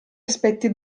aspetti